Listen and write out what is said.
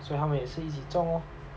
所以他们也是一起中 lor